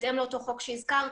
בהתאם לאותו חוק שהזכרתי.